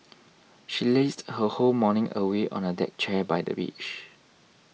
she lazed her whole morning away on a deck chair by the beach